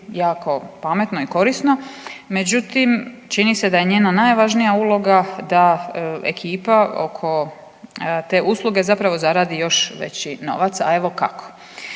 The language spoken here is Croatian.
jako pametno i korisno, međutim čini se da je njena najvažnija uloga da ekipa oko te usluge zapravo zaradi još veći novac a evo kako.